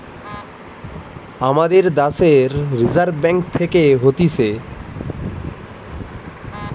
আমাদের দ্যাশের reserve bank থাকে হতিছে